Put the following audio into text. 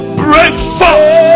breakfast